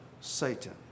Satan